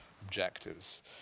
objectives